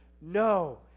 No